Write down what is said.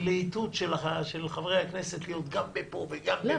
הלהיטות של חברי הכנסת להיות גם פה וגם פה וגם פה לא עובדת.